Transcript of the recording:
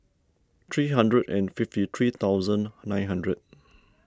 three hundred and fifty three thousand nine hundred